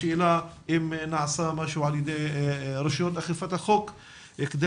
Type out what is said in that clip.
השאלה אם נעשה משהו על ידי רשויות אכיפת החוק כדי